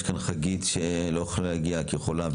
יש כאן את חגית שלא יכלה להגיע כי היא חולה,